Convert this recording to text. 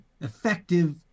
effective